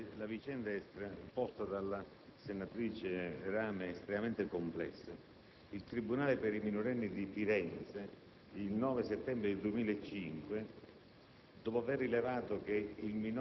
Signor Presidente, la vicenda posta dalla senatrice Rame è estremamente complessa. Il tribunale per i minorenni di Firenze, il 9 settembre 2005,